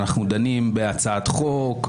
אנחנו דנים בהצעת חוק?